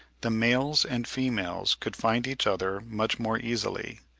the males and females could find each other much more easily,